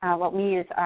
what we use,